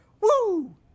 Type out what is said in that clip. woo